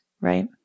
right